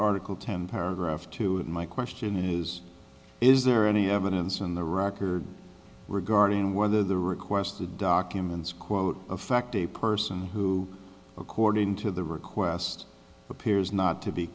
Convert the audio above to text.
article ten paragraph two of my question is is there any evidence in the record regarding whether the request the documents quote a fact a person who according to the request appears not to be